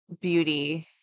beauty